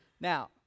Now